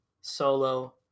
Solo